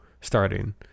starting